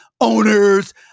owners